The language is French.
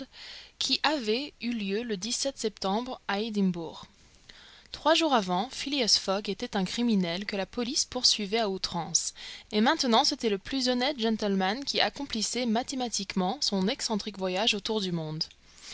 qui avait eu lieu le décembre à edimbourg trois jours avant phileas fogg était un criminel que la police poursuivait à outrance et maintenant c'était le plus honnête gentleman qui accomplissait mathématiquement son excentrique voyage autour du monde